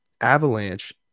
Avalanche